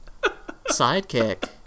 sidekick